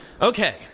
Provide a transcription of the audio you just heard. Okay